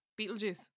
Beetlejuice